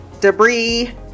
debris